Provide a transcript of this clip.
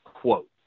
quote